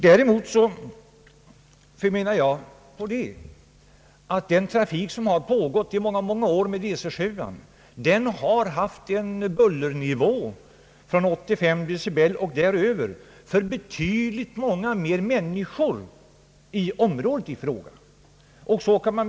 Dessutom vill jag framhålla att den trafik med DC 7 som har pågått i många år har haft en bullernivå på 85 decibel och däröver för betydligt många fler människor i området i fråga.